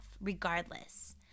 regardless